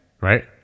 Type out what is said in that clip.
Right